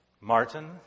Martin